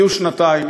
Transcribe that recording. יהיו שנתיים,